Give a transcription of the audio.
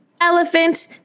elephant